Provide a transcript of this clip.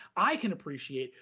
i can appreciate,